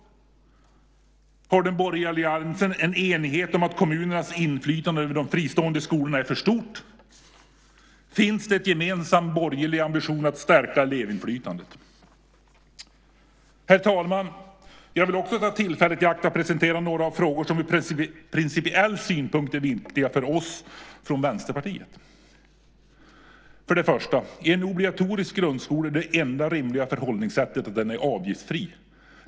Har den borgerliga alliansen en enighet om att kommunernas inflytande över de fristående skolorna är för stort? Finns det en gemensam borgerlig ambition att stärka elevinflytandet? Herr talman! Jag vill också ta tillfället i akt att presentera några frågor som ur principiell synpunkt är viktiga för oss från Vänsterpartiet. I en obligatorisk grundskola är det enda rimliga förhållningssättet att den är avgiftsfri.